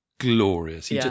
Glorious